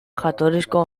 jatorrizko